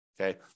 Okay